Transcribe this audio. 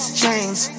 chains